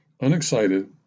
unexcited